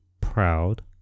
proud